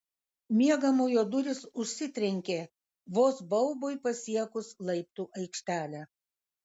miegamojo durys užsitrenkė vos baubui pasiekus laiptų aikštelę